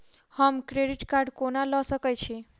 हम credit card कोना लऽ सकै छी?